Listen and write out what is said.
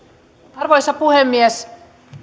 arvoisa puhemies